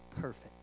perfect